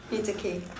it's okay